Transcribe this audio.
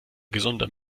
gesunder